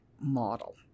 model